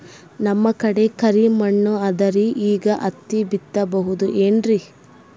ನಮ್ ಕಡೆ ಕರಿ ಮಣ್ಣು ಅದರಿ, ಈಗ ಹತ್ತಿ ಬಿತ್ತಬಹುದು ಏನ್ರೀ?